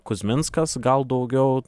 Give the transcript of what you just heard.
kuzminskas gal daugiau